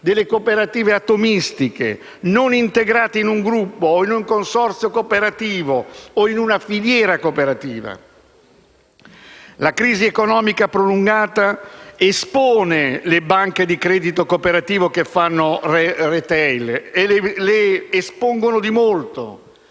delle cooperative atomistiche, non integrate in un gruppo o in un consorzio cooperativo o in una filiera cooperativa. La crisi economica prolungata espone le banche di credito cooperativo che fanno *retail*, e le espone di molto.